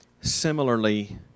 similarly